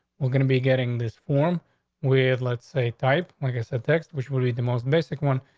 we're gonna be getting this form with let's say type like i said text, which would be the most basic one,